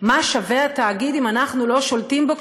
מה שווה התאגיד אם אנחנו לא שולטים בו,